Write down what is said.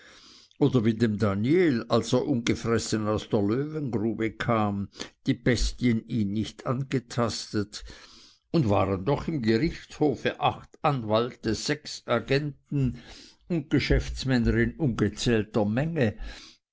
oder wie dem daniel als er ungefressen aus der löwengrube kam die bestien ihn nicht angetastet und waren doch im gerichtshofe acht anwälte sechs agenten und geschäftsmänner in ungezählter menge